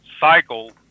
cycle